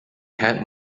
had